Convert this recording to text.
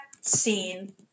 scene